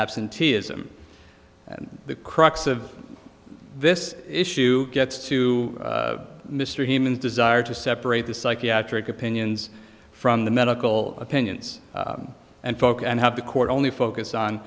absenteeism the crux of this issue gets to mr human desire to separate the psychiatric opinions from the medical opinions and folk and have the court only focus on